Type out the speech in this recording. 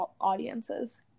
audiences